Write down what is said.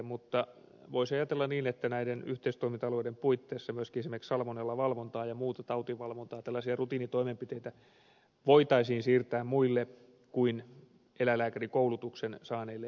mutta voisi ajatella niin että näiden yhteistoiminta alueiden puitteissa myöskin esimerkiksi salmonellavalvontaa ja muuta tautivalvontaa tällaisia rutiinitoimenpiteitä voitaisiin siirtää muille kuin eläinlääkärikoulutuksen saaneille henkilöille